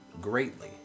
greatly